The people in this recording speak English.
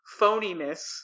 phoniness